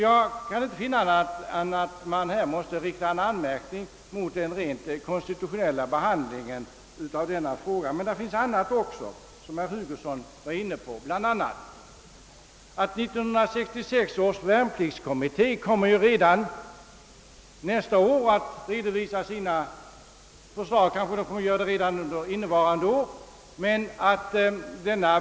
Jag kan inte finna annat än att man här måste rikta en anmärkning mot den rent konstitutionella behandlingen av denna fråga. Herr Hugosson berörde förhållandet att 1966 års värnpliktskommitté redan nästa år kommer att redovisa sina förslag — den kommer kanske att göra det redan under innevarande år.